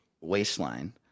waistline